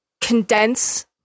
Condense